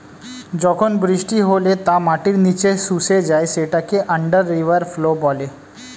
যখন বৃষ্টি হলে তা মাটির নিচে শুষে যায় সেটাকে আন্ডার রিভার ফ্লো বলে